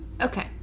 Okay